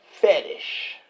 fetish